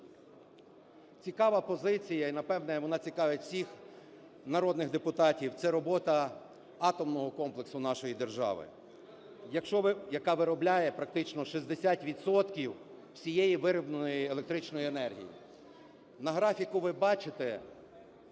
Цікава позиція, і, напевно, вона цікавить всіх народних депутатів, це робота атомного комплексу нашої держави. Якщо ви... Яка виробляє практично 60 відсотків всієї виробленої електричної енергії. На графіку ви бачите